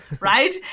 right